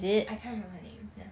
I can't remember her name